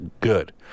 good